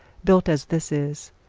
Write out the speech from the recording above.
built as this is,